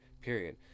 Period